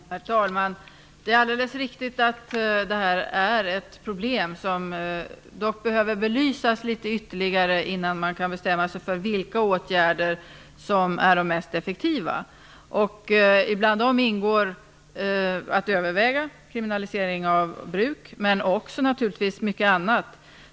Herr talman! Det är alldeles riktigt att detta är ett problem, som dock behöver belysas ytterligare innan man kan bestämma sig för vilka åtgärder som är de mest effektiva. Däri ingår att överväga kriminalisering av bruk men också naturligtvis mycket annat.